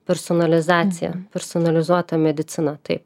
personalizacija personalizuota medicina taip